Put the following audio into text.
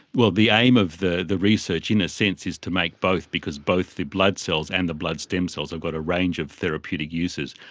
well, the aim of the the research in a sense is to make both because both the blood cells and the blood stem cells have got a range of therapeutic uses.